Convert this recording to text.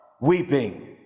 weeping